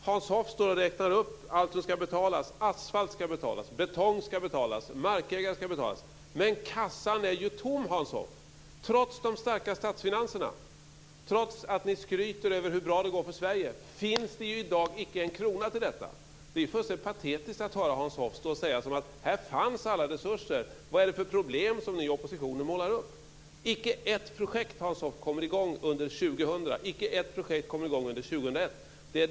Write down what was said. Hans Hoff räknar upp allt som ska betalas - asfalt, betong och markägare - men kassan är ju tom. Trots de starka statsfinanserna och trots att ni skryter över hur bra det går för Sverige finns det i dag icke en krona till detta. Det är patetiskt att höra Hans Hoff säga: Alla resurser finns - vad är det för problem som ni i oppositionen målar upp? Hans Hoff! Icke ett projekt kommer i gång under 2000 och under 2001.